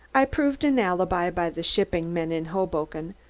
i proved an alibi by the shipping men in hoboken.